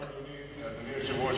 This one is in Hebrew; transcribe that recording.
אדוני היושב-ראש,